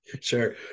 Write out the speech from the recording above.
Sure